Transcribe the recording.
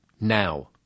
Now